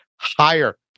higher